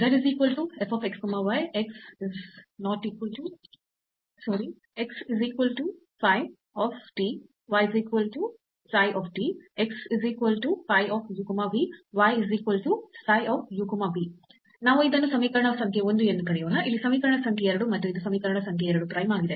zf x y xϕ yψ xϕ u v yψ u v ನಾವು ಇದನ್ನು ಸಮೀಕರಣ ಸಂಖ್ಯೆ 1 ಎಂದು ಕರೆಯೋಣ ಇಲ್ಲಿ ಸಮೀಕರಣ ಸಂಖ್ಯೆ 2 ಮತ್ತು ಇದು ಸಮೀಕರಣ ಸಂಖ್ಯೆ 2 ಪ್ರೈಮ್ ಆಗಿದೆ